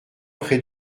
près